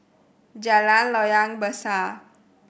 Jalan Loyang Besar